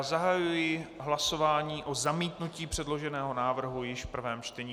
Zahajuji hlasování o zamítnutí předloženého návrhu již v prvém čtení.